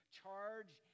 charge